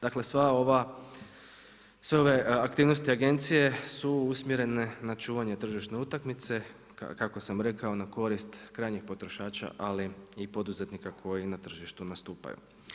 Dakle, sva ova aktivnosti agencije su sumjerene na čuvanje tržišne utakmice, kako sam rekao, na korist krajnjih potrošača ali i poduzetnika koji na tržištu nastupaju.